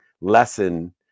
lesson